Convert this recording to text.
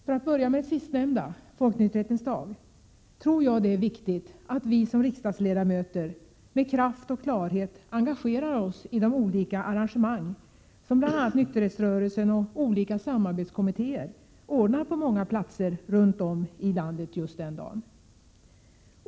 För att börja med det sistnämnda — Folknykterhetens dag — tror jag det är viktigt att vi som riksdagsledamöter med kraft och klarhet engagerar oss i de olika arrangemang som bl.a. nykterhetsrörelsen och olika samarbetskommittéer ordnar på många platser runt om i landet just den dagen.